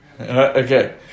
okay